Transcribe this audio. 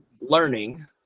learning